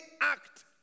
act